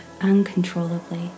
uncontrollably